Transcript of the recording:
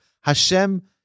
Hashem